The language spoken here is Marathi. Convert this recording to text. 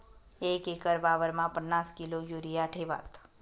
एक एकर वावरमा पन्नास किलो युरिया ठेवात